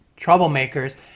troublemakers